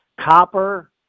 copper